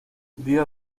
día